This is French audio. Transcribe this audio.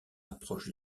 approche